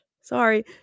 sorry